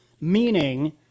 meaning